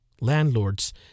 Landlords